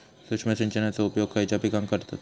सूक्ष्म सिंचनाचो उपयोग खयच्या पिकांका करतत?